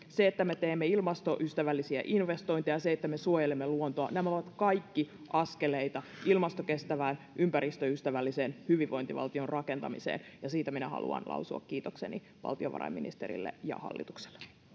se että me teemme ilmastoystävällisiä investointeja ja se että me suojelemme luontoa nämä ovat kaikki askeleita ilmastokestävän ja ympäristöystävällisen hyvinvointivaltion rakentamiseen ja siitä minä haluan lausua kiitokseni valtiovarainministerille ja hallitukselle